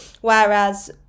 whereas